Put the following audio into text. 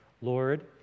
Lord